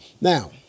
Now